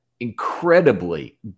incredibly